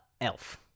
elf